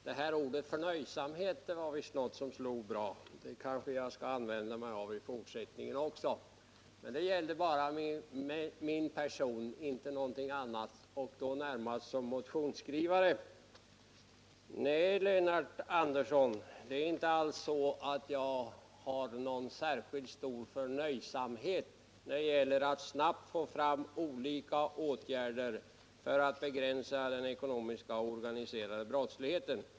Herr talman! Ordet förnöjsamhet var visst något som slog bra. Det kanske jag skall använda mig av också i fortsättningen. Men det gäller bara min person, inte någonting annat, och då närmast som motionsskrivare. Nej, Lennart Andersson, det är inte alls så att jag hyser någon stor förnöjsamhet när det gäller att snabbt få fram olika åtgärder för att begränsa den organiserade ekonomiska brottsligheten.